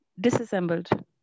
Disassembled